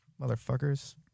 Motherfuckers